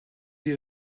you